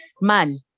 man